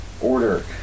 order